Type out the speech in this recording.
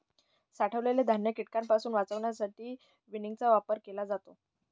साठवलेले धान्य कीटकांपासून वाचवण्यासाठी विनिंगचा वापर केला जातो